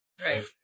Right